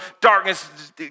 darkness